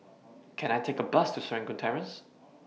Can I Take A Bus to Serangoon Terrace